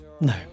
No